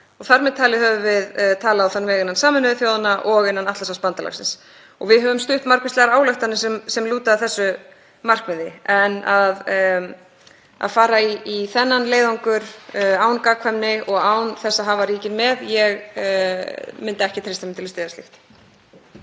Þar með talið höfum við talað á þann veg innan Sameinuðu þjóðanna og innan Atlantshafsbandalagsins og við höfum stutt margvíslegar ályktanir sem lúta að þessu markmiði. En að fara í þennan leiðangur án gagnkvæmni og án þess að hafa ríkin með, ég myndi ekki treysta mér til að styðja slíkt.